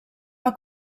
van